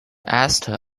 ester